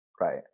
Right